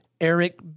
Eric